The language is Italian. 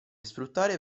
sfruttare